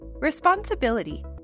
Responsibility